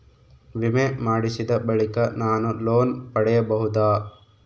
ವಿಮೆ ಮಾಡಿಸಿದ ಬಳಿಕ ನಾನು ಲೋನ್ ಪಡೆಯಬಹುದಾ?